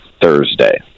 Thursday